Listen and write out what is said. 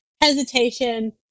hesitation